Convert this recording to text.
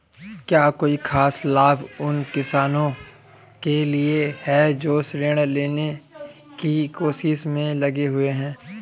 क्या कोई खास लाभ उन किसानों के लिए हैं जो ऋृण लेने की कोशिश में लगे हुए हैं?